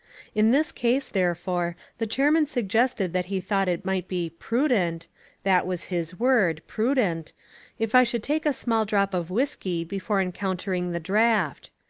in this case, therefore, the chairman suggested that he thought it might be prudent that was his word, prudent if i should take a small drop of whiskey before encountering the draft.